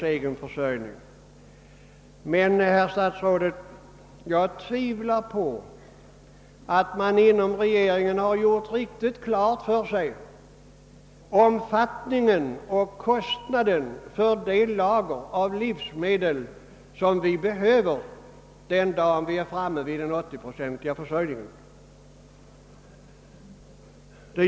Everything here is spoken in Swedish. Jag tvivlar, herr statsråd, på att man inom regeringen gjort klart för sig omfattningen av och kostnaden för de lager av livsmedel som vi behöver den dag vi är framme vid den 80-procentiga försörjningen.